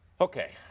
Okay